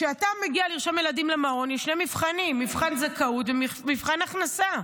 כשאתה מגיע לרשום ילדים למעון יש שני מבחנים: מבחן זכאות ומבחן הכנסה,